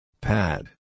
Pad